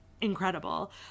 incredible